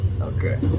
Okay